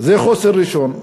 זה חוסר ראשון.